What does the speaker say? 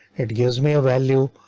it gives me a value.